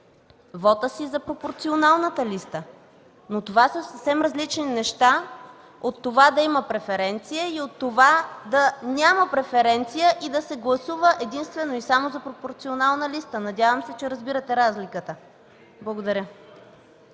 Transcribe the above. вота си за пропорционалната листа. Това обаче са съвсем различни неща от това да има или да няма преференция и да се гласува единствено и само за пропорционална листа. Надявам се, че разбирате разликата?! Благодаря.